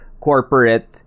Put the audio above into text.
corporate